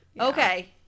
okay